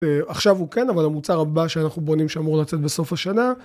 עכשיו הוא כן, אבל המוצר הבא שאנחנו בונים שאמור לצאת בסוף השנה.